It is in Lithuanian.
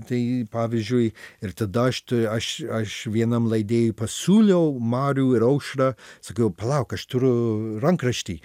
tai pavyzdžiui ir tada aš aš aš vienam leidėjui pasiūliau marių ir aušrą sakiau palauk aš turiu rankraštį